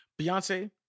Beyonce